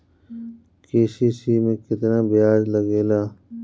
KCC में केतना ब्याज लगेला?